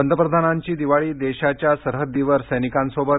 पंतप्रधानांची दिवाळी देशाच्या सरहद्दीवर सैनिकांसोबत